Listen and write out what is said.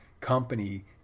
company